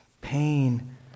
Pain